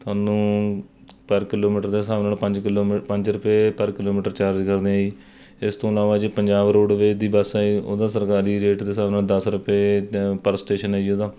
ਤੁਹਾਨੂੰ ਪਰ ਕਿਲੋਮੀਟਰ ਦੇ ਹਿਸਾਬ ਨਾਲ ਪੰਜ ਕਿਲੋਮੀ ਪੰਜ ਰੁਪਏ ਪਰ ਕਿਲੋਮੀਟਰ ਚਾਰਜ ਕਰਦੇ ਹੈ ਜੀ ਇਸ ਤੋਂ ਇਲਾਵਾ ਜੋ ਪੰਜਾਬ ਰੋਡਵੇਜ਼ ਦੀ ਬੱਸ ਹੈ ਉਹਦਾ ਸਰਕਾਰੀ ਰੇਟ ਦੇ ਹਿਸਾਬ ਨਾਲ ਦਸ ਰੁਪਏ ਪਰ ਸਟੇਸ਼ਨ ਹੈ ਜੀ ਉਹਦਾ